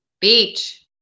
Beach